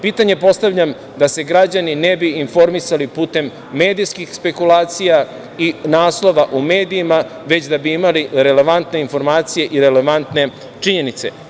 Pitanje postavljam da se građani ne bi informisali putem medijskih spekulacija i naslova u medijima, već da bi imali relevantne informacije i relevantne činjenice.